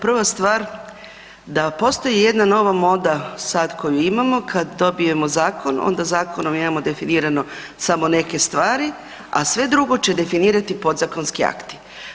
Prva stvar, da postoji jedna nova moda sad koju imamo kad dobijemo zakon, onda zakonom imamo definirano samo neke stvari a sve drugo će definirati podzakonski akti.